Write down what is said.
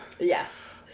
yes